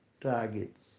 targets